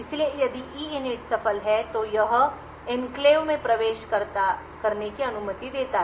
इसलिए यदि EINIT सफल है तो यह एन्क्लेव में प्रवेश करने की अनुमति देता है